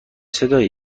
صدایی